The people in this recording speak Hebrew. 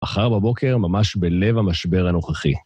מחר בבוקר ממש בלב המשבר הנוכחי.